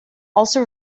also